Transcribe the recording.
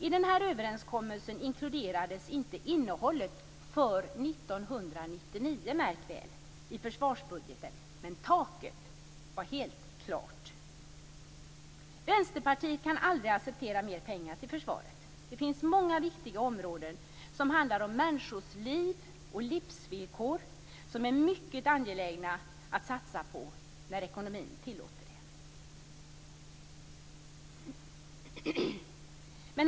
I denna överenskommelse inkluderades inte innehållet för 1999 - märk väl! - i försvarsbudgeten, men taket var helt klart. Vänsterpartiet kan aldrig acceptera mer pengar till försvaret. Det finns många viktiga områden som handlar om människors liv och livsvillkor som är mycket angelägna att satsa på när ekonomin tillåter det.